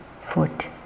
foot